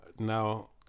now